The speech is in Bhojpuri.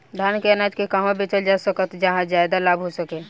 धान के अनाज के कहवा बेचल जा सकता जहाँ ज्यादा लाभ हो सके?